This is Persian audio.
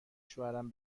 شوهرم